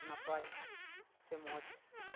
ᱱᱟᱯᱟᱭ ᱥᱮ ᱢᱚᱡᱽ